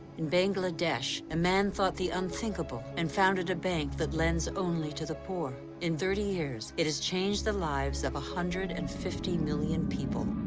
in bangladesh, a man thought the unthinkable and founded a bank that lends only to the poor. in thirty years, it has changed the lives of one hundred and fifty million people.